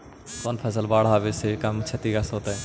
कौन फसल बाढ़ आवे से कम छतिग्रस्त होतइ?